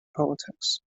politics